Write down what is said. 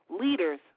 leaders